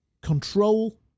control